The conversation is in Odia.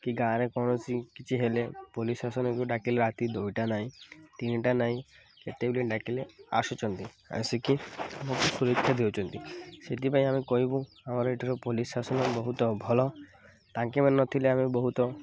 କି ଗାଁରେ କୌଣସି କିଛି ହେଲେ ପୋଲିସ୍ ଶାସନକୁ ଡାକିଲେ ରାତି ଦୁଇଟା ନହିଁ ତିନିଟା ନାହିଁ କେତେବେଳେ ଡାକିଲେ ଆସୁଛନ୍ତି ଆସିକି ବହୁତ ସୁରକ୍ଷା ଦେଉଛନ୍ତି ସେଥିପାଇଁ ଆମେ କହିବୁ ଆମର ଏଠାକାର ପୋଲିସ୍ ଶାସନ ବହୁତ ଭଲ ତାଙ୍କେମାନେ ନ ଥିଲେ ଆମେ ବହୁତ